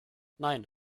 nein